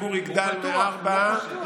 כולם קואליציה.